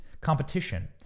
competition